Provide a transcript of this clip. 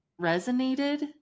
resonated